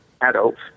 adults